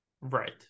right